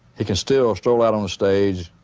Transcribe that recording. he can still stroll out on the stage